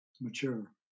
mature